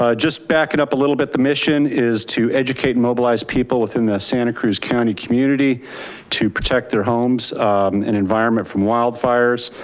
ah just backing up a little bit. the mission is to educate and mobilize people within the santa cruz county community to protect their homes and environment from wildfires.